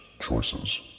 choices